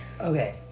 Okay